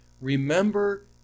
remember